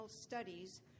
Studies